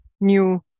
new